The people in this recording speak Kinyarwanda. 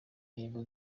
ntego